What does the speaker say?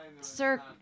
sir